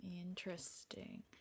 Interesting